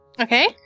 Okay